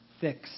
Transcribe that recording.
fix